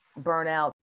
burnout